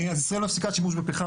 הפסקת שימוש בפחם,